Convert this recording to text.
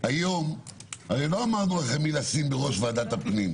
הרי מי לשים בראש ועדת הפנים.